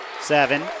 Seven